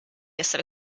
essere